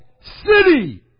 city